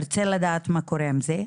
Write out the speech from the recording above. ארצה לדעת מה קורה עם זה.